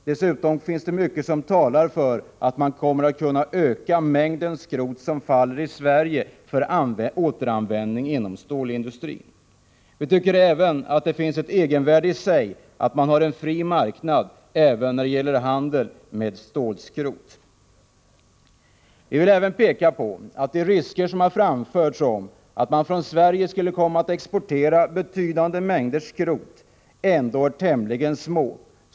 Dessutom talar mycket för att man kommer att kunna öka mängden av skrot som faller i Sverige för återanvändning inom stålindustrin. Vi tycker även att det innebär ett egenvärde i sig med en fri marknad även när det gäller handel med stålskrot. Vi vill även peka på att de omtalade riskerna för att man från Sverige skulle komma att exportera betydande mängder skrot ändå är tämligen små.